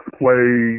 play